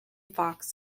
fox